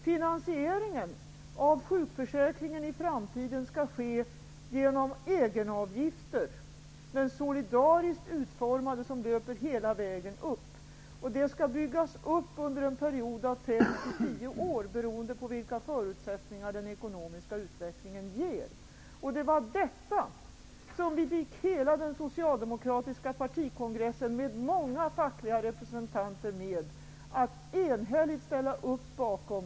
Finansieringen av sjukförsäkringen skall i framtiden ske genom egenavgifter -- solidariskt utformade och som löper hela vägen upp. Detta skall byggas upp under en period av fem till tio år, beroende på vilka förutsättningar som den ekonomiska utvecklingen ger. Det var detta som vi fick hela den socialdemokratiska partikongressen med många fackliga representanter att enhälligt ställa sig bakom.